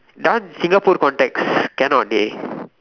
that one Singapore context cannot dey